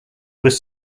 was